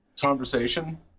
conversation